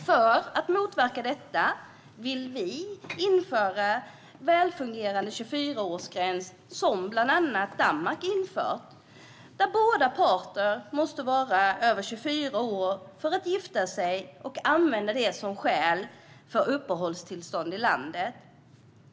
För att motverka detta vill vi införa en välfungerande 24-årsgräns, som bland annat Danmark infört. Båda parter måste vara över 24 år för att gifta sig och använda det som skäl för uppehållstillstånd i landet.